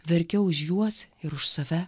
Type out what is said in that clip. verkiau už juos ir už save